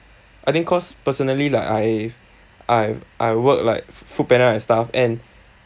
I think cause personally lah I've I I work like foodpanda and stuff and